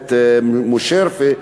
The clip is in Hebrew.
בצומת מושרייפה,